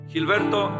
Gilberto